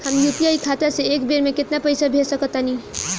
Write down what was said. हम यू.पी.आई खाता से एक बेर म केतना पइसा भेज सकऽ तानि?